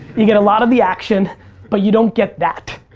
you get a lot of the action but you don't get that.